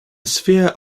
sphere